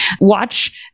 watch